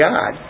God